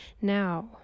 now